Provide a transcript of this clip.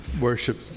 worship